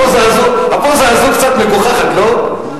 לא, הפוזה הזו קצת מגוחכת, לא?